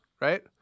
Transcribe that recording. right